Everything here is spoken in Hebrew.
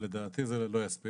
אבל לדעתי זה לא יספיק.